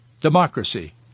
democracy